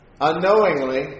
unknowingly